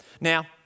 Now